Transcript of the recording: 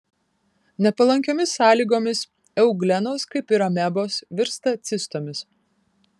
nepalankiomis sąlygomis euglenos kaip ir amebos virsta cistomis